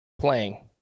playing